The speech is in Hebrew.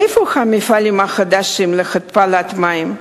איפה המפעלים החדשים להתפלת מים?